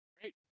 Great